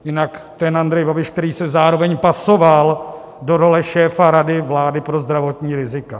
Jinak ten Andrej Babiš, který se zároveň pasoval do role šéfa Rady vlády pro zdravotní rizika.